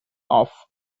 off